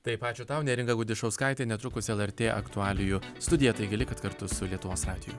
taip ačiū tau neringa gudišauskaitė netrukus lrt aktualijų studija taigi likit kartu su lietuvos radiju